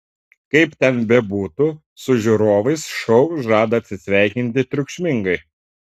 kaip ten bebūtų su žiūrovais šou žada atsisveikinti triukšmingai